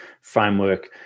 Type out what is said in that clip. Framework